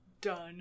done